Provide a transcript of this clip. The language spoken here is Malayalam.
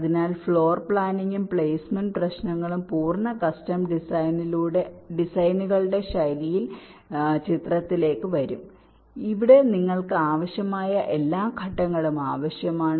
അതിനാൽ ഫ്ലോർ പ്ലാനിംഗും പ്ലേസ്മെന്റ് പ്രശ്നങ്ങളും പൂർണ്ണ കസ്റ്റം ഡിസൈനുകളുടെ ശൈലിയിൽ ചിത്രത്തിലേക്ക് വരും ഇവിടെ നിങ്ങൾക്ക് ആവശ്യമായ എല്ലാ ഘട്ടങ്ങളും ആവശ്യമാണ്